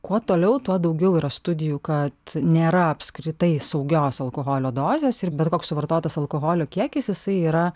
kuo toliau tuo daugiau yra studijų kad nėra apskritai saugios alkoholio dozės ir bet koks suvartotas alkoholio kiekis jisai yra